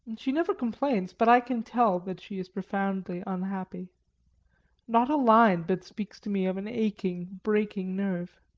she never complains, but i can tell that she is profoundly unhappy not a line but speaks to me of an aching, breaking nerve.